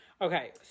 Okay